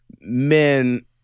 men